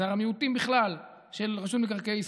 במגזר המיעוטים בכלל, של רשות מקרקעי ישראל,